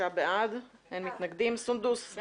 הצבעה בעד, 4 נגד,